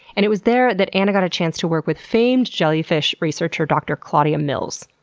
and it was there that anna got a chance to work with famed jellyfish researcher dr. claudia mills.